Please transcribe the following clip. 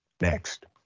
next